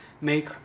make